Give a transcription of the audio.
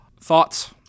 Thoughts